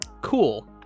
Cool